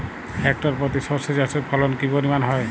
Hectare প্রতি সর্ষে চাষের ফলন কি পরিমাণ হয়?